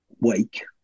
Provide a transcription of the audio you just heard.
wake